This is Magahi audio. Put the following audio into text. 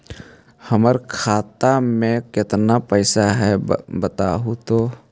हमर खाता में केतना पैसा है बतहू तो?